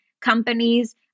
companies